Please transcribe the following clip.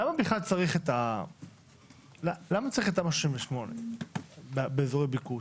למה בכלל צריך את תמ"א 38 באזורי ביקוש?